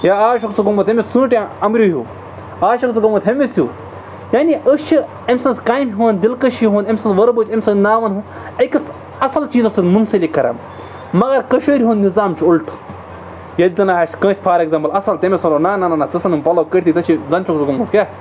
ہے اَز چھُکھ ژٕ گوٚمُت أمِس ژوٗنٛٹھٮ۪ن اَمرِٮ۪ن ہیٛوٗ اَز چھُکھ ژٕ گوٚمُت ہُمِس ہیٛوٗ یانے أسۍ چھِ أمۍ سٕنٛز کامہِ ہُنٛد دِلکٔشی ہُنٛد أمۍ سٕنٛز ؤربُل أمۍ سٕنٛز ناوَن ہُنٛد أکِس اَصٕل چیٖزس سۭتۍ مُنسلِک کَران مگر کٔشیٖر ہُنٛد نِظام چھُ اُلٹہٕ ییٚتہِ نہٕ اَسہِ کٲنٛسہِ فار ایٚگزامپُل اَصٕل تٔمِس وَنو نہَ نہَ نہَ نہ َژٕ ژھُن یِم پَلو کٔڈۍتھٕے ژےٚ چھُے زَن چھُکھ ژٕ گوٚمُت کیٛاہ